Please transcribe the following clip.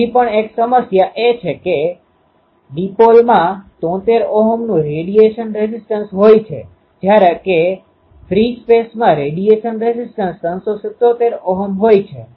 હજી પણ એક સમસ્યા એ છે કે ડિપોલેમાં 73 ઓહ્મનું રેડિયેશન રેઝિસ્ટન્સ હોય છે જ્યારે કે ફ્રી સ્પેસમાં રેડિયેશન રેઝિસ્ટન્સ 377 ઓહ્મ હોય છે